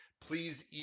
please